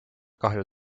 kahju